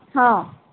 ହଁ